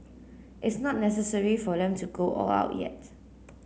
it's not necessary for them to go all out yet